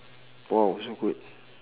!wow! so good